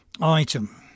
Item